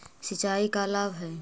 सिंचाई का लाभ है?